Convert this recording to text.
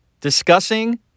discussing